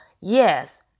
yes